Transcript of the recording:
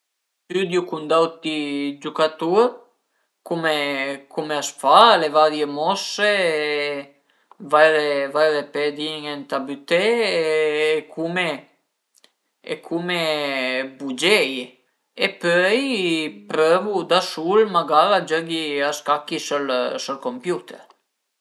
Stüdiu cun d'auti giucatur cume cume a s'fa, le varie mosse e vaire vaire pedin-e ëntà büté e cume e cume bugeie e pöi prövu da sul, magara a giöghi a scacchi sël sël computer